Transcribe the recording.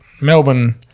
Melbourne –